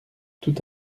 tout